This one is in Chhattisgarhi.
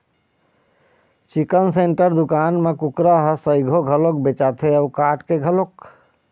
चिकन सेंटर दुकान म कुकरा ह सइघो घलोक बेचाथे अउ काट के घलोक